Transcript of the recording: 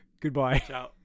goodbye